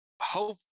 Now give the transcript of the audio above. hope